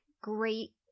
great